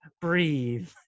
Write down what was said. breathe